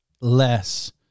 less